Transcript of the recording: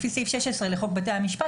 לפי סעיף 16 לחוק בתי המשפט,